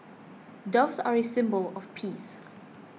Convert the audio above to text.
doves are a symbol of peace